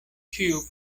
ĉiu